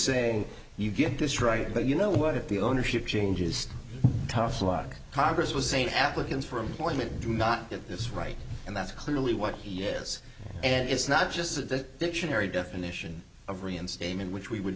saying you get this right but you know what if the ownership changes tough luck congress was sane applicants for employment do not get this right and that's clearly what he is and it's not just that the dictionary definition of reinstatement which we would